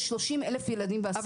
יש 30 אלף ילדים בהשמה חוץ-ביתית.